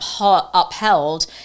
upheld